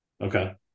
okay